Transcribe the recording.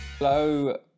Hello